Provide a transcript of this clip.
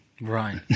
Right